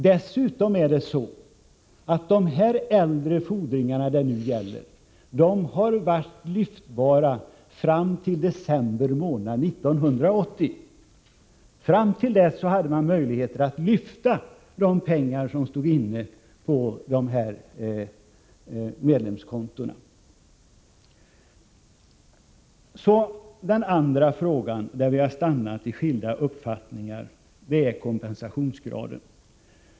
Dessutom har de äldre fordringarna varit lyftbara fram till december månad 1980 — fram till dess hade man möjlighet att lyfta de pengar som stod inne på dessa medlemskonton. Så till den andra fråga där vi stannat i skilda uppfattningar. Det gäller kompensationsgraden.